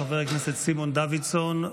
חבר הכנסת סימון דוידסון.